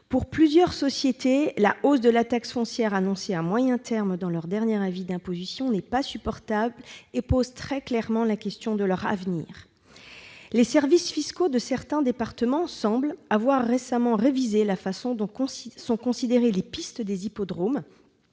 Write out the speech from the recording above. Pour plusieurs d'entre elles, la hausse de la taxe foncière annoncée à moyen terme dans leur dernier avis d'imposition n'est pas supportable et poserait très clairement la question de leur avenir. Les services fiscaux de certains départements semblent avoir récemment révisé la façon dont sont considérées les pistes des hippodromes,